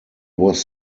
was